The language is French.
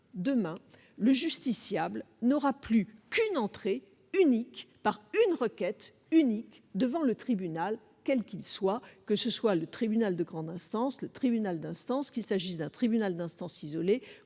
demain, le justiciable n'aura plus qu'une entrée unique, par une requête unique, devant le tribunal, quel qu'il soit, qu'il s'agisse du tribunal de grande instance, du tribunal d'instance, d'un tribunal d'instance isolé